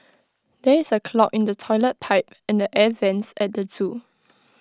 there is A clog in the Toilet Pipe and the air Vents at the Zoo